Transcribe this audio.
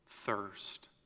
thirst